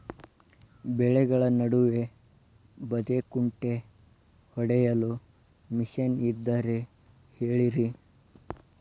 ಬೆಳೆಗಳ ನಡುವೆ ಬದೆಕುಂಟೆ ಹೊಡೆಯಲು ಮಿಷನ್ ಇದ್ದರೆ ಹೇಳಿರಿ